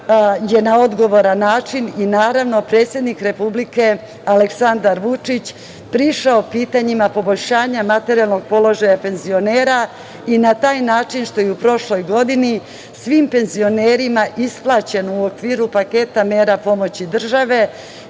je na odgovoran način i naravno predsednik Republike Aleksandar Vučić prišao pitanjima poboljšanja materijalnog položaja penzionera i na taj način što je u prošloj godini svim penzionerima isplaćeno u okviru paketa mera pomoći države